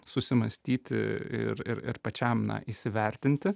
susimąstyti ir ir ir pačiam na įsivertinti